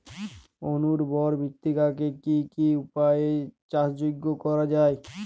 অনুর্বর মৃত্তিকাকে কি কি উপায়ে চাষযোগ্য করা যায়?